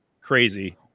crazy